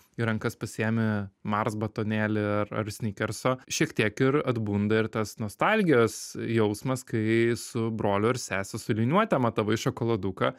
į rankas pasiėmi mars batonėlį ar snikerso šiek tiek ir atbunda ir tas nostalgijos jausmas kai su broliu ir sese su liniuote matavai šokoladuką